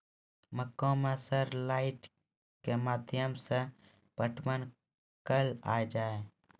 मक्का मैं सर लाइट के माध्यम से पटवन कल आ जाए?